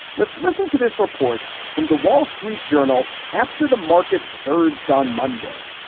let's listen to this report from the wall street journal after the markets surged on monday,